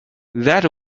that